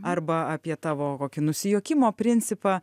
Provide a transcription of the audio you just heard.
arba apie tavo kokį nusijuokimo principą